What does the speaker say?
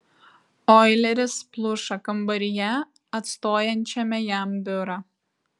oileris pluša kambaryje atstojančiame jam biurą